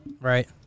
Right